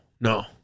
No